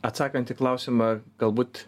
atsakant į klausimą galbūt